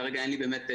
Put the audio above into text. כרגע אין לי תשובה,